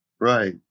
Right